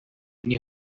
n’i